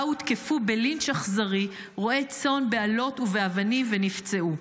שבה הותקפו רועי צאן בלינץ' אכזרי באלות ובאבנים ונפצעו.